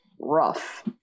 rough